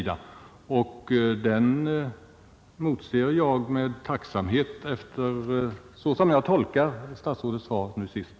Den insatsen motser jag nu med tacksamhet, så som jag tolkar statsrådets senaste svar.